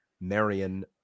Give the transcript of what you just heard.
Marion